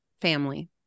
family